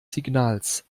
signals